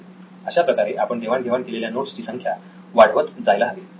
नितीन अशाप्रकारे आपण देवाण घेवाण केलेल्या नोट्स ची संख्या वाढवत जायला हवी